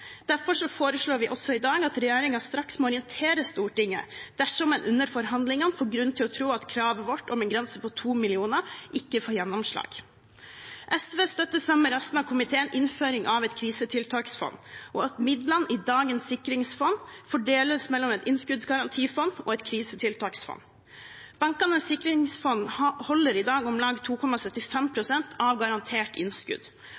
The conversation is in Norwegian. Derfor foreslår vi også i dag at regjeringen straks må orientere Stortinget dersom en under forhandlingene får grunn til å tro at kravet vårt om en grense på 2 mill. kr ikke får gjennomslag. SV støtter, sammen med resten av komiteen, innføring av et krisetiltaksfond, og at midlene i dagens sikringsfond fordeles mellom et innskuddsgarantifond og et krisetiltaksfond. Bankenes sikringsfond holder i dag om lag 2,75 pst. av garantert innskudd,